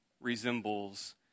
resembles